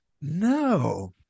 No